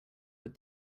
but